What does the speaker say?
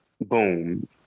boom